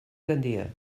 gandia